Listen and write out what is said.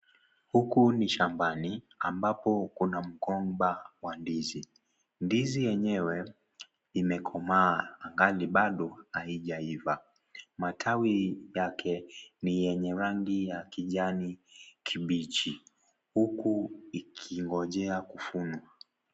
Huku ni shambani ambapo kuna mgomba wa ndizi, ndizi yenyewe imekomaa ingali bado haijaiva, matawi yake ni yenye ya rangi ya kijani kibichi, huku ikingojea kuvunwa.